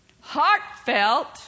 heartfelt